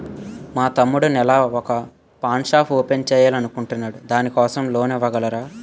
మా తమ్ముడు నెల వొక పాన్ షాప్ ఓపెన్ చేయాలి అనుకుంటునాడు దాని కోసం లోన్ ఇవగలరా?